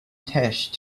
tesh